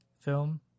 film